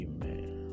Amen